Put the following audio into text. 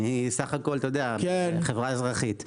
אני בסך-הכול חברה אזרחית.